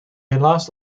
helaas